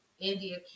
India